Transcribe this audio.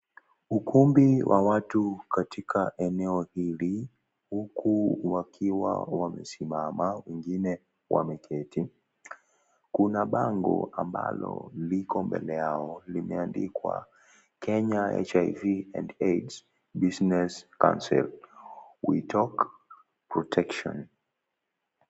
Ukumbi wa watu katika eneo hili huku wakiwa wamesimama wengine wameketi. Kuna bango ambalo liko mbele yao limeandikwa Kenya HIV and AIDS business council we talk protection .